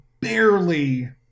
barely